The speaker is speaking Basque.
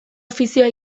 ofizioa